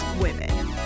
women